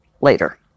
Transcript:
later